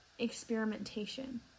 experimentation